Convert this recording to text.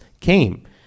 came